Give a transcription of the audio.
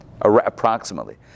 Approximately